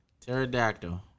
Pterodactyl